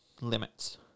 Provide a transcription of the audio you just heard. limits